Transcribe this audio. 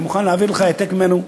אני מוכן להביא לך העתק ממנו.